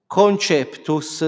conceptus